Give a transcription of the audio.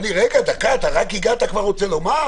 דקה, רק הגעת וכבר רוצה לומר?